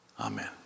Amen